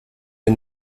der